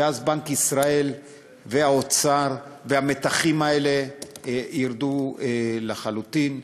ואז בנק ישראל והאוצר והמתחים האלה ירדו לחלוטין.